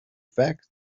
fact